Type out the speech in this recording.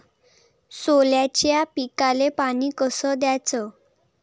सोल्याच्या पिकाले पानी कस द्याचं?